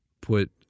put